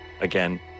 again